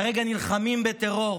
כרגע נלחמים בטרור,